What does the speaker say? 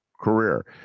career